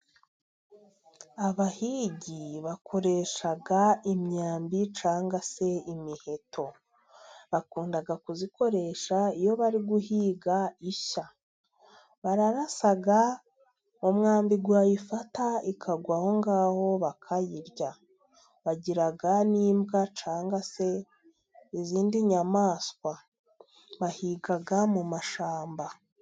Abahigi bakoresha imyambi cyangwa se imiheto. Bakunda kuyikoresha iyo bari guhiga isha. Bararasa umwambi wayifata ikagwa aho ngaho bakayirya. Bagira n'imbwa cyagwa se izindi nyamaswa. Bahiga mu mashamba.